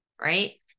right